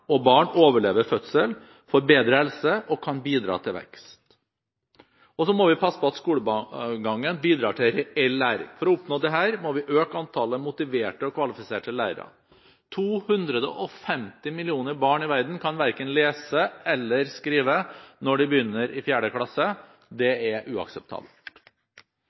og barn overlever fødsel, får bedre helse og kan bidra til vekst. Så må vi passe på at skolegangen bidrar til reell læring. For å oppnå dette må vi øke antallet motiverte og kvalifiserte lærere. 250 millioner barn i verden kan verken lese eller skrive når de begynner i 4. klasse. Det er uakseptabelt.